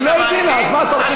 היא לא הבינה, אז מה אתה רוצה?